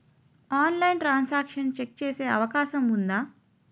ఆన్లైన్లో transaction check చేసే అవకాశం ఉందా?